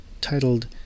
titled